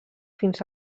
fins